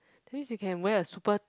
that means you can wear a super